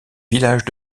villages